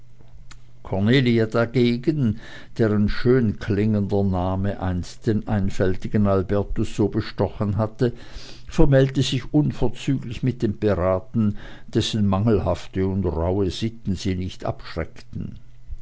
cornelia dagegen deren schönklingender name einst den einfältigen albertus so bestochen hatte vermählte sich unverzüglich mit dem piraten dessen mangelhafte und rauhe sitten sie nicht abschreckten